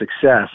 success